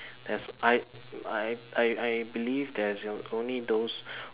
that's I I I I believe there's only those